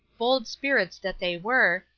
bold spirits that they were,